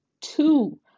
two